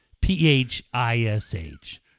P-H-I-S-H